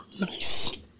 Nice